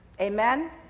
Amen